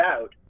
Out